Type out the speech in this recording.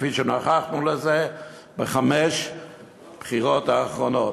כפי שנוכחנו בחמש מערכות הבחירות האחרונות.